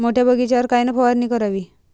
मोठ्या बगीचावर कायन फवारनी करावी?